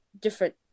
different